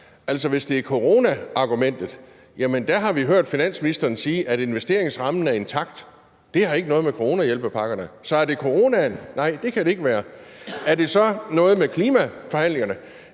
hvis det er coronaargumentet, så har vi hørt finansministeren sige, at investeringsrammen er intakt – det har ikke noget med coronahjælpepakkerne at gøre. Så er det coronaen? Nej, det kan det ikke være. Har det så noget at gøre med klimaforhandlingerne?